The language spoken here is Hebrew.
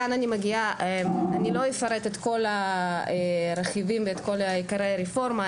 אני לא אפרט את כל הרכיבים ואת כל עיקרי הרפורמה,